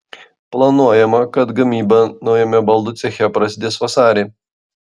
planuojama kad gamyba naujame baldų ceche prasidės vasarį